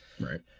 Right